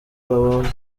babamo